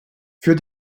für